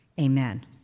Amen